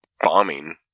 bombing